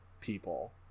people